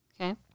Okay